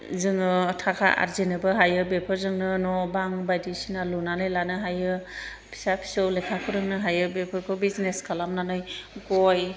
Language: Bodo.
जोङो थाखा आरजिनोबो हायो बेफोरजोंनो न' बां बायदिसिना लुनानै लानो हायो फिसा फिसौ लेखा फोरोंनो हायो बेफोरखौ बिजनेस खालामनानै गय